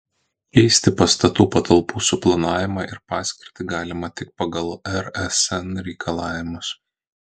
keisti pastatų patalpų suplanavimą ir paskirtį galima tik pagal rsn reikalavimus